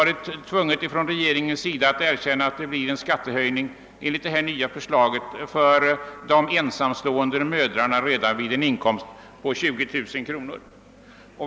Regeringen har vidare varit tvungen att erkänna att enligt det nya förslaget kommer det att bli en skattehöjning för de ensamstående mödrarna redan vid en inkomst på 20 000 kronor.